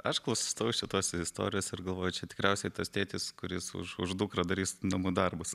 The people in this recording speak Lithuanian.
aš klausausi šitos istorijos ir galvoju čia tikriausiai tas tėtis kuris už dukrą darys namų darbus